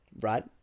Right